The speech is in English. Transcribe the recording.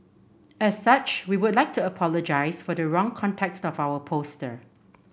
as such we would like to apologise for the wrong context of our poster